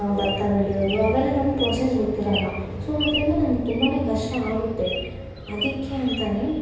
ಭತ್ತ ಬೆಳೆಯೋದು ಅವೆಲ್ಲ ನಮ್ಗೆ ಪ್ರೊಸೆಸ್ ಗೊತ್ತಿರಲ್ಲ ಸೊ ಅದರಿಂದ ನಮ್ಗೆ ತುಂಬನೇ ಕಷ್ಟ ಆಗುತ್ತೆ ಅದಕ್ಕೆ ಅಂತಲೇ